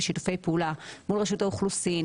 בשיתופי פעולה מול רשות האוכלוסין,